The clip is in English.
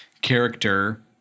character